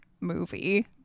movie